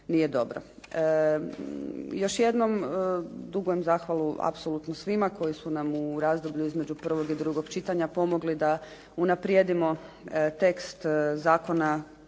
nije dobro. Još jednom dugujem zahvalu apsolutno svima koji su nam u razdoblju između prvog i drugo čitanja pomogli da unaprijedimo tekst zakona